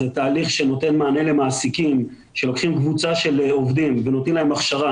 זה תהליך שנותן למעסיקים שלוקחים קבוצה של עובדים ונותנים להם הכשרה,